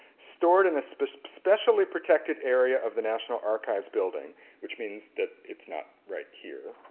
stored in a specially specially protected area of the national archives building which means that it's not right here.